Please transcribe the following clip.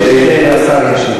אדוני היושב-ראש,